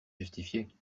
justifiée